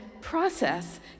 process